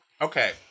Okay